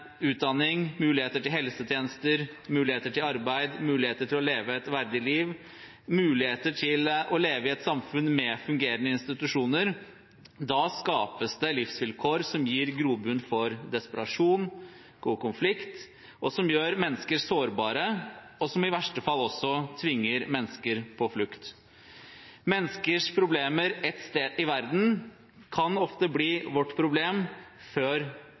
utdanning, helsetjenester og arbeid, muligheten til å leve et verdig liv og muligheten til å leve i et samfunn med fungerende institusjoner, skapes det livsvilkår som gir grobunn for desperasjon og konflikt, som gjør mennesker sårbare, og som i verste fall også tvinger mennesker på flukt. Menneskers problemer ett sted i verden kan ofte bli vårt problem før